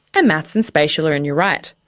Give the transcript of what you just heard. and maths and spatial are in your right.